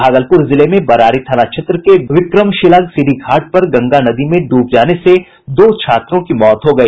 भागलपुर जिले में बरारी थाना क्षेत्र के विक्रमशिला सीढ़ी घाट पर गंगा नदी में ड्रब जाने से दो छात्रों की मौत हो गई